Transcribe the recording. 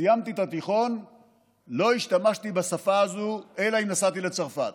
סיימתי את התיכון ולא השתמשתי בשפה הזאת אלא אם כן נסעתי לצרפת.